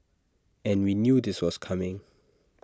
and we knew this was coming